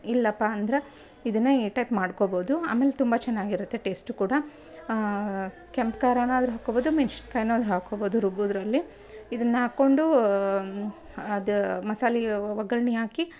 ಇಲ್ಲಪ್ಪಾ ಅಂದ್ರೆ ಇದನ್ನು ಈ ಟೈಪ್ ಮಾಡ್ಕೋಬೋದು ಆಮೇಲೆ ತುಂಬ ಚೆನ್ನಾಗಿರುತ್ತೆ ಟೇಸ್ಟು ಕೂಡ ಕೆಂಪು ಖಾರನಾದ್ರು ಹಾಕ್ಕೋಬೋದು ಮೆಣಸಿನ್ಕಾಯಿನಾದ್ರು ಹಾಕ್ಕೊಬೋದು ರುಬ್ಬೋದ್ರಲ್ಲಿ ಇದನ್ನು ಹಾಕೊಂಡೂ ಅದು ಮಸಾಲೆ ಒಗ್ಗರಣೆ ಹಾಕಿ